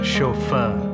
Chauffeur